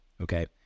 okay